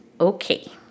Okay